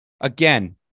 again